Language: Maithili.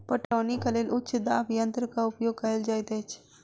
पटौनीक लेल उच्च दाब यंत्रक उपयोग कयल जाइत अछि